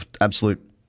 absolute